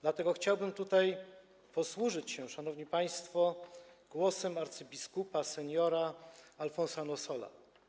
Dlatego chciałbym tutaj posłużyć się, szanowni państwo, głosem, słowami abp. seniora Alfonsa Nossola.